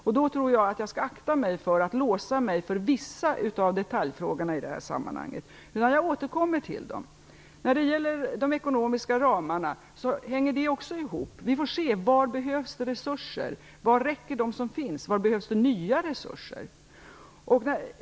Därför tror jag att jag bör akta mig för att låsa mig för vissa av detaljfrågorna i det här sammanhanget. Men jag återkommer till dem. De ekonomiska ramarna hänger ihop med var resurserna behövs, var de befintliga resurserna räcker och var nya resurser behövs.